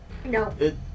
No